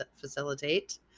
facilitate